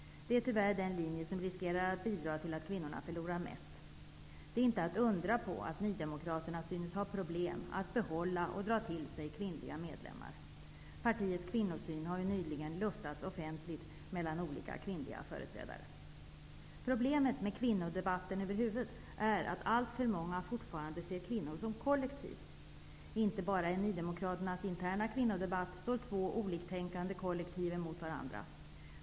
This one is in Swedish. Det är tyvärr den linje som riskerar att bidra till att kvinnorna förlorar mest. Det är inte att undra på att nydemokraterna synes ha problem med att behålla och dra till sig kvinnliga medlemmar. Partiets kvinnosyn har ju nyligen luftats offentligt mellan olika kvinnliga företrädare. Problemet med kvinnodebatten över huvud taget är att alltför många fortfarande ser kvinnor som ett kollektiv. Det är inte bara i Nydemokraternas interna kvinnodebatt som två oliktänkande kollektiv står emot varandra.